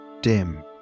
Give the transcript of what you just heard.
Dim